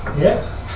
Yes